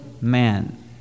man